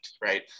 right